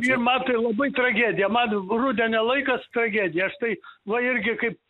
ir man tai labai tragedija man rudenio laikas tragedija aš tai va irgi kaip